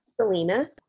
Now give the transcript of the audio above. Selena